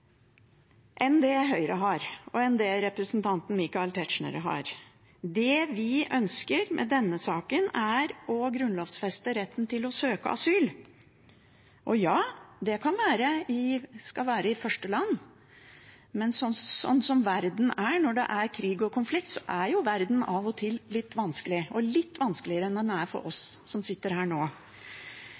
enn det Høyre har, og enn det representanten Michael Tetzschner har. Det vi ønsker med denne saken, er å grunnlovfeste retten til å søke asyl. Og ja, det skal være i første land, men når det er krig og konflikt, er verden av og til litt vanskelig, og litt vanskeligere enn den er for oss som sitter her nå.